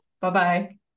bye-bye